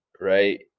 right